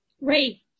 Ray